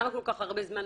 למה כל כך הרבה זמן?